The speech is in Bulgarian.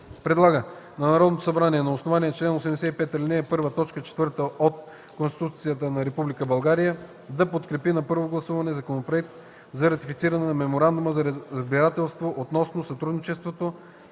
Предлага на Народното събрание на основание чл. 85, ал. 1, т. 4 от Конституцията на Република България да подкрепи на първо гласуване Законопроект за ратифициране на Меморандума за разбирателство относно сътрудничество